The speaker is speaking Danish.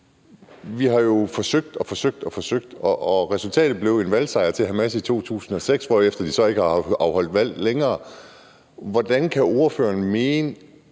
jo har forsøgt og forsøgt og forsøgt, og resultatet blev en valgsejr til Hamas i 2006, hvorefter de så ikke siden har afholdt valg. Hvordan kan ordføreren mene